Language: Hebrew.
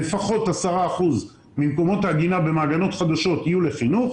לפחות 10 אחוזים ממקומות העגינה במעגנות חדשות יהיו לחינוך.